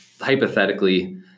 hypothetically